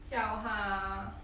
叫她